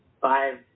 Five